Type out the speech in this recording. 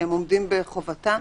שהם עומדים בחובתם?